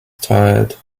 tired